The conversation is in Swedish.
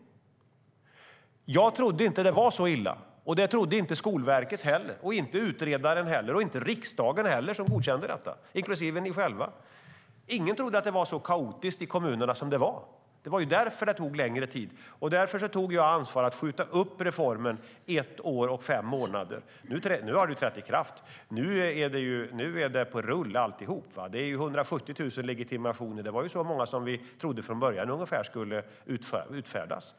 Jag trodde inte att det var så illa. Det trodde inte Skolverket heller, inte utredaren och inte heller riksdagen, inklusive er själva, som godkände det. Ingen trodde att det var så kaotiskt i kommunerna som det var. Det var därför det tog längre tid, och därför tog jag ansvaret att skjuta upp reformen ett år och fem månader. Den har trätt i kraft, och nu är allt på rull. Det är 170 000 legitimationer. Det var ungefär så många som vi från början trodde skulle utfärdas.